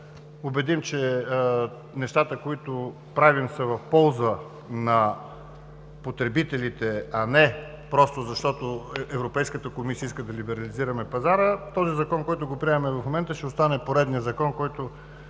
убедим, че нещата, които правим, са в полза на потребителите, а не просто защото Европейската комисия иска да либерализираме пазара, този закон, който приемаме в момента, ще остане поредният закон, който